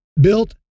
built